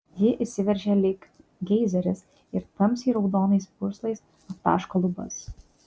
ji išsiveržia lyg geizeris ir tamsiai raudonais purslais aptaško lubas